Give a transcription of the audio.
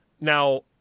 Now